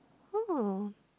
oh